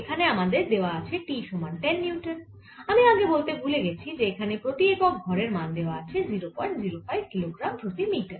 এখানে আমাদের দেওয়া হয়েছে T সমান 10 নিউটন আমি আগে বলতে ভুলে গেছি যে এখানে প্রতি একক ভরের মান দেওয়া আছে 005 কিলোগ্রাম প্রতি মিটার